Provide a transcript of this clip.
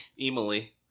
Emily